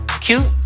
cute